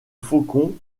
faucon